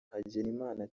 hagenimana